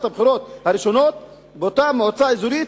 הבחירות הראשונות באותה מועצה אזורית,